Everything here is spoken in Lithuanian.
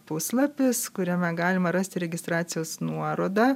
puslapis kuriame galima rasti registracijos nuorodą